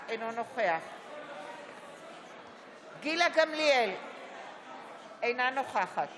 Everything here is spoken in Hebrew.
כולל להעביר שירותי גמילה לאחריות קופות החולים.